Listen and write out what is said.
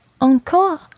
encore